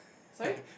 sorry